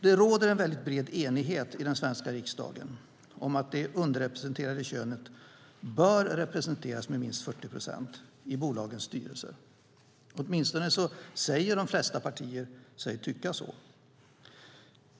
Det råder en väldigt bred enighet i den svenska riksdagen om att det underrepresenterade könet bör representeras med minst 40 procent i bolagens styrelser. Åtminstone säger de flesta partier sig tycka så.